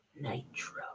Nitro